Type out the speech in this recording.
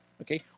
okay